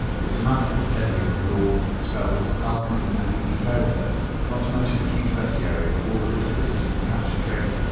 it's a mammoth compendium of law, spells, alchemy, and even fairy tales, not to mention a huge bestiary of all the little critters you can catch and train.